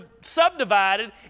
subdivided